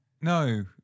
no